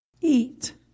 eat